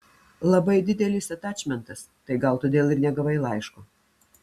labai didelis atačmentas tai gal todėl ir negavai laiško